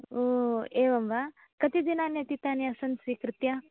ओ एवं वा कति दिनानि अतीतानि आसन् स्वीकृत्य